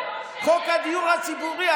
חוק הדיור הציבורי,